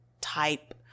type